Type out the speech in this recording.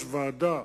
יש ועדה